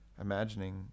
imagining